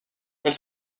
elle